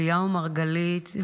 אליהו מרגלית,